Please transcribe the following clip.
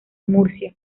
murcia